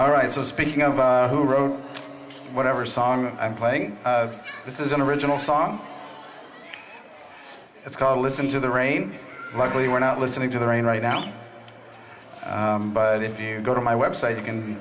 all right so speaking of who wrote whatever song i'm playing this is an original song it's called listen to the rain likely we're not listening to the rain right now but if you go to my website you can